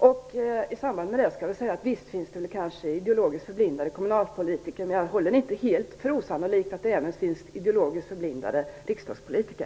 I det sammanhanget vill jag säga att det visst kan finnas ideologiskt förblindade kommunalpolitiker. Men jag håller inte för helt osannolikt att det även finns ideologiskt förblindade riksdagspolitiker.